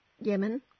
Yemen